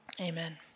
Amen